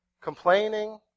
Complaining